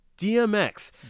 DMX